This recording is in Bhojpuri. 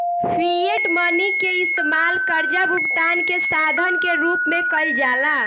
फिएट मनी के इस्तमाल कर्जा भुगतान के साधन के रूप में कईल जाला